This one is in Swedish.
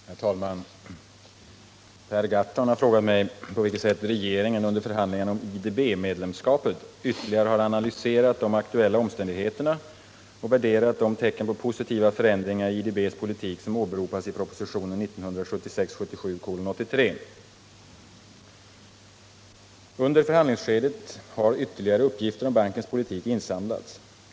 46, och anförde: Herr talman! Per Gahrton har frågat mig på vilket sätt regeringen under förhandlingarna om IDB-medlemskapet ytterligare har analyserat de ak 75 tuella omständigheterna och värderat de tecken på positiva förändringar i IDB:s politik som åberopas i propositionen . Under förhandlingsskedet har ytterligare uppgifter om bankens politik insamlats.